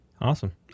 Awesome